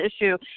issue